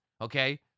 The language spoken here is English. okay